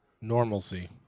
Normalcy